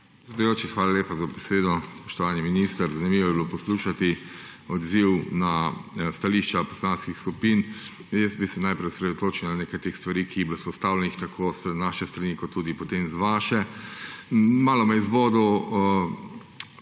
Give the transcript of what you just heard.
Predsedujoči, hvala lepa za besedo. Spoštovani minister! Zanimivo je bilo poslušati odziv na stališča poslanskih skupin. Jaz bi se najprej osredotočil na nekaj teh stvari, ki so bile izpostavljene tako z naše strani kot tudi potem z vaše. Malo me je zbodel